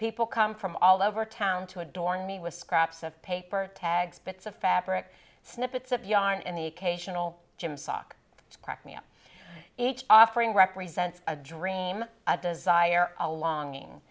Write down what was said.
people come from all over town to adorn me with scraps of paper tags bits of fabric snippets of yarn in the case general jim sock to crack me up each offering represents a dream a desire all longing